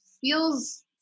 feels